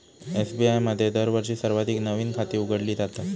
SBI मध्ये दरवर्षी सर्वाधिक नवीन खाती उघडली जातात